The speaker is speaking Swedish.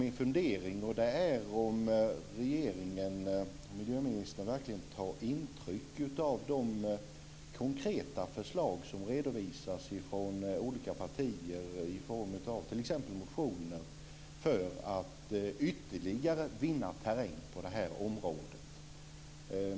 Min fundering gäller om miljöministern verkligen tar intryck av de konkreta förslag som t.ex. i motioner redovisas från olika partier för att vi ytterligare ska vinna terräng på det här området.